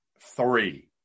three –